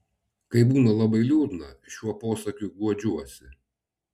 kai būna labai liūdna šiuo posakiu guodžiuosi